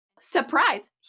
Surprise